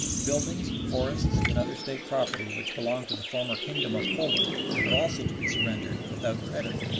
buildings, forests, and other state property which belonged to the former kingdom of poland are also to be surrendered without credit.